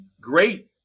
great